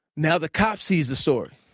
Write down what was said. now the cop sees the story.